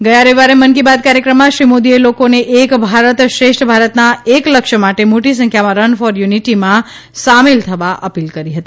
ગયા રવિવારે મનકી બાત કાર્યક્રમમા શ્રી મોદીએ લોકોને એક ભારતશ્રેષ્ઠ ભારતના એક લક્ષમાટે મોટી સંખ્યામાં રન ફોર યુનિટીમાં જોડાવવા અપીલ કરી હતી